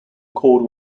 called